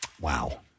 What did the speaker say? Wow